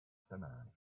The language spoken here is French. taninges